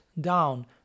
down